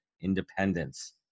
independence